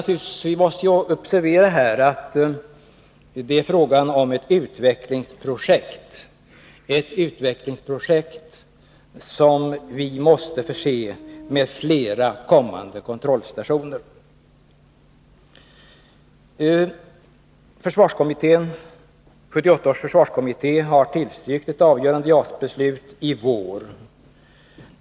Vi måste observera att det är fråga om ett utvecklingsprojekt som vi måste förse med flera kommande kontrollstationer. 1978 års försvarskommitté har tillstyrkt ett avgörande JAS-beslut i vår.